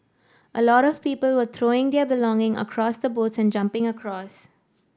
a lot of people were throwing their belonging across the boats and jumping across